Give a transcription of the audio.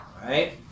right